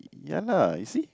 ya lah you see